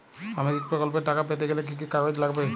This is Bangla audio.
সামাজিক প্রকল্পর টাকা পেতে গেলে কি কি কাগজ লাগবে?